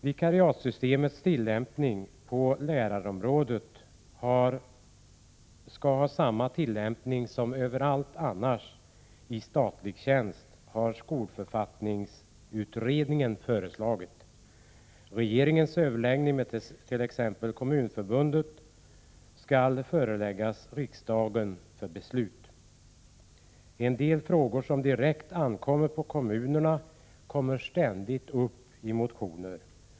Vikariatssystemet på lärarområdet skall ha samma utformning och tillämpas som när det gäller andra offentliga tjänster, har skolförfattningsutred ningen föreslagit. Resultatet av regeringens överläggning med Kommunförbundet skall föreläggas riksdagen för beslut. En del frågor som direkt ankommer på kommunerna kommer ständigt upp i motioner.